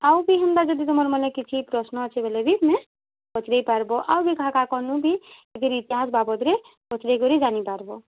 ଆଉ ବି ହେନ୍ତା ଯଦି ତମର୍ ମାନେ କିଛି ପ୍ରଶ୍ନ ଅଛେ ବେଲେ ବି ତୁମେ ପଚ୍ରେଇପାର୍ବ ଆଉ ବି କାହା କାହାଙ୍କର୍ନୁ ବି ଇଟାର୍ ବାବଦ୍ରେ ବି ପଚ୍ରେଇକରି ଜାନିପାର୍ବ